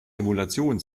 emulation